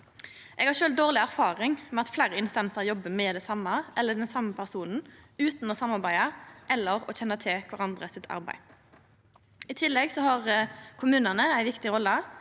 Eg har sjølv dårleg erfaring med at fleire instansar jobbar med det same eller med den same personen utan å samarbeida eller å kjenna til arbeidet til kvarandre. I tillegg har kommunane ei viktig rolle,